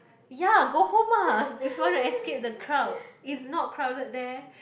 ya go home ah if want to escape the crowd it's not crowded there